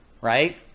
right